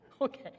Okay